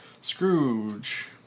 Scrooge